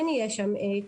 כן יהיו יש שם קמפינגים,